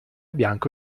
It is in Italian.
bianco